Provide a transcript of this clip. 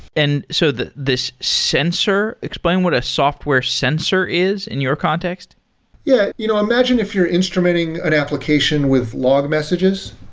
and so this sensor explain what a software sensor is in your context yeah. you know imagine if you're instrumenting an application with log messages.